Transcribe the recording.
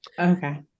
okay